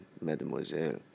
Mademoiselle